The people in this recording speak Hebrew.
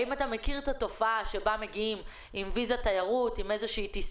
האם אתה מכיר את התופעה בה מגיעים עם אשרת תיירות בטיסה